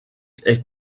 est